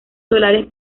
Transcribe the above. solares